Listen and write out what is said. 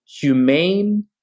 humane